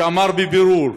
שאמר בבירור: